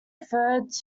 referred